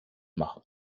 machen